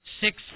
six